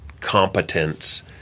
competence